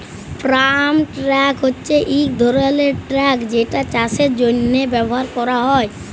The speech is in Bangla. ফার্ম ট্রাক হছে ইক ধরলের ট্রাক যেটা চাষের জ্যনহে ব্যাভার ক্যরা হ্যয়